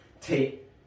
take